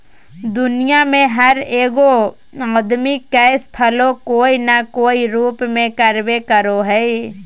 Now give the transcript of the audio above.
दुनिया में हर एगो आदमी कैश फ्लो कोय न कोय रूप में करबे करो हइ